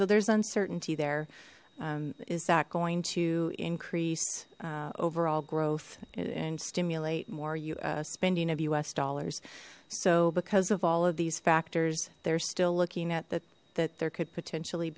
so there's uncertainty there is that going to increase overall growth and stimulate more you spending of us dollars so because of all of these factors they're still looking at that that there could potentially